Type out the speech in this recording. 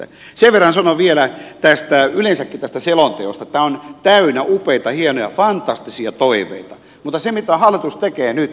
sen verran vielä sanon yleensäkin tästä selonteosta että tämä on täynnä upeita hienoja fantastisia toiveita mutta se mitä hallitus tekee nyt